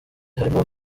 harimo